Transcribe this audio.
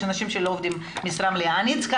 יש אנשים שלא עובדים משרה מלאה אלא אני צריכה